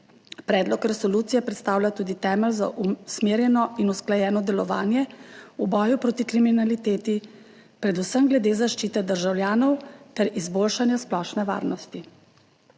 Predlog resolucije predstavlja tudi temelj za usmerjeno in usklajeno delovanje v boju proti kriminaliteti, predvsem glede zaščite državljanov ter izboljšanja splošne varnosti.